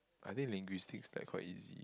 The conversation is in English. I think linguistic like quite easy